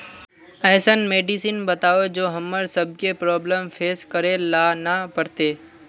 ऐसन मेडिसिन बताओ जो हम्मर सबके प्रॉब्लम फेस करे ला ना पड़ते?